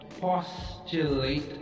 postulate